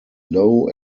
low